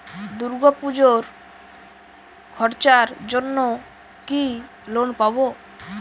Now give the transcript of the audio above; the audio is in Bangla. দূর্গাপুজোর খরচার জন্য কি লোন পাব?